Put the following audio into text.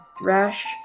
rash